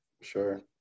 sure